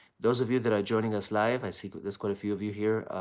those of you that are joining us live, i see that there's quite a few of you here.